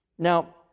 Now